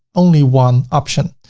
only one option.